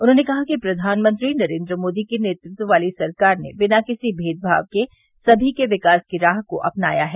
उन्होंने कहा कि प्रधानमंत्री नरेन्द्र मोदी के नेतृत्व वाली सरकार ने बिना किसी भेदभाव के समी के विकास की राह को अपनाया है